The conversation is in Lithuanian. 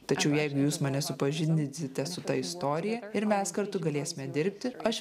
tačiau jeigu jūs mane supažindinsite su ta istorija ir mes kartu galėsime dirbti aš